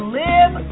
live